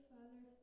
Father